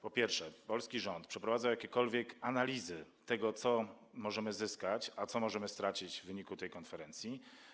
Po pierwsze: Czy polski rząd przeprowadza jakiekolwiek analizy tego, co możemy zyskać, a co możemy stracić w wyniku tej konferencji?